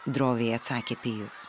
droviai atsakė pijus